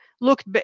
looked